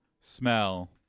smell